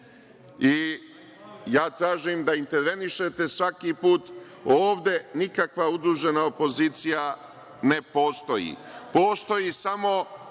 tražim da intervenišete svaki put, ovde nikakva udružena opozicija ne postoji. Postoji samo